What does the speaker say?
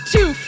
Two